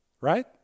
Right